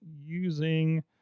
using